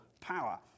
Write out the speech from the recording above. power